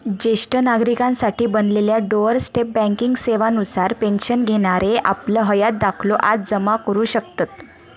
ज्येष्ठ नागरिकांसाठी बनलेल्या डोअर स्टेप बँकिंग सेवा नुसार पेन्शन घेणारे आपलं हयात दाखलो जमा करू शकतत